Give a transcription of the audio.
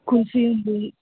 కుల్ఫీ ఉంది